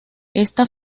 esta